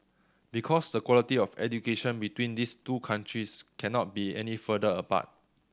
because the quality of education between these two countries cannot be any further apart